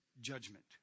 judgment